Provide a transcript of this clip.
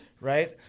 right